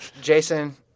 Jason